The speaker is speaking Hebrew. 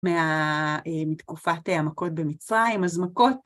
מתקופת המכות במצרים, טז מכות